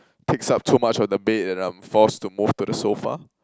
takes up too much of the bed and I'm forced to move to the sofa